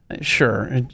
Sure